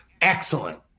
Excellent